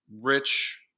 Rich